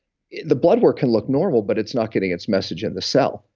the blood work can look normal but it's not getting its message at the cell.